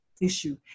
issue